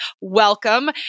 Welcome